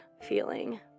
feeling